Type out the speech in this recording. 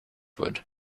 wood